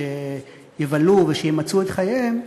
שיבלו ושימצו את חייהם,